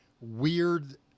weird